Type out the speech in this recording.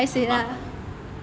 很麻烦 leh